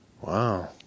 Wow